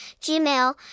Gmail